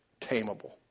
tameable